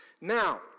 Now